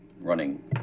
running